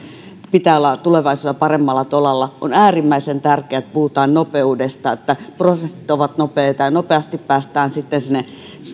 pitää olla tulevaisuudessa paremmalla tolalla on äärimmäisen tärkeää että puhutaan nopeudesta että prosessit ovat nopeita ja nopeasti päästään sitten sinne